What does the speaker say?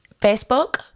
facebook